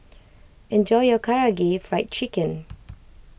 enjoy your Karaage Fried Chicken